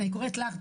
אני קוראת לך,